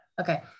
Okay